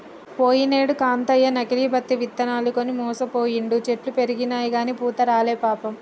పోయినేడు కాంతయ్య నకిలీ పత్తి ఇత్తనాలు కొని మోసపోయిండు, చెట్లు పెరిగినయిగని పూత రాలే పాపం